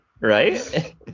right